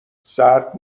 سرد